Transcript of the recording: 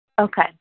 Okay